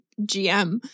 GM